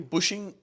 Pushing